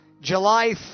July